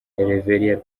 rev